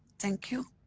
thank you.